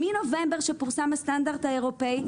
מנובמבר שפורסם הסטנדרט האירופי,